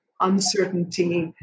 uncertainty